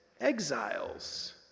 exiles